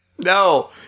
No